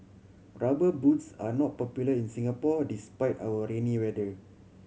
Rubber Boots are not popular in Singapore despite our rainy weather